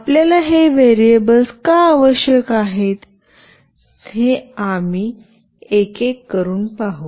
आपल्याला हे व्हेरिएबल्स का आवश्यक आहेत हे आम्ही एक करून पाहू